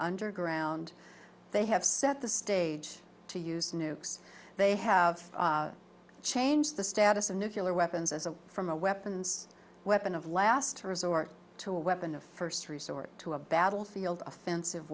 underground they have set the stage to use nukes they have changed the status of nucular weapons as a from a weapons weapon of last resort to a weapon of first resort to a battlefield offensive